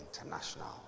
international